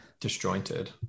Disjointed